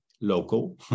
local